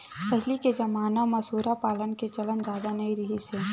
पहिली के जमाना म सूरा पालन के चलन जादा नइ रिहिस हे